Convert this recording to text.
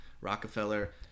Rockefeller